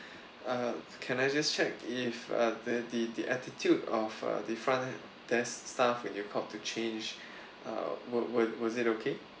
err can I just check if err the the the attitude of err the front desk staff when you called to change uh wa~ wa~ was it okay